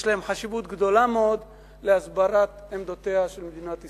יש להן חשיבות גדולה מאוד להסברת עמדותיה של מדינת ישראל.